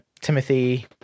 Timothy